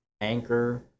Anchor